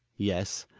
yes,